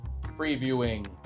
previewing